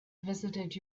visited